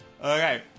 Okay